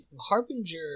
Harbinger